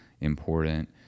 important